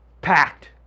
packed